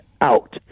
out